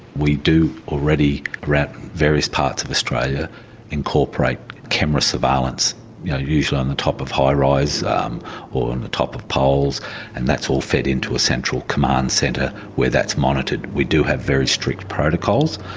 we do already throughout various parts of australia incorporate camera surveillance yeah usually on the top of high-rise um or on the top of poles and that's all fed into a central command centre where that's monitored. we do have very strict protocols.